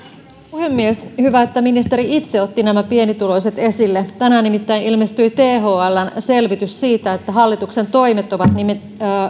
puhemies hyvä että ministeri itse otti pienituloiset esille tänään nimittäin ilmestyi thln selvitys siitä että hallituksen toimet ovat